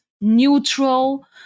neutral